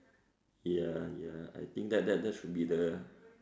ya ya I think that that should be the